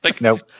Nope